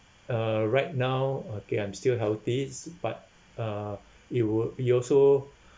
uh right now okay I'm still healthy s~ but uh it would be also